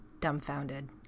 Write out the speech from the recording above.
dumbfounded